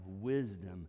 wisdom